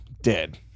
dead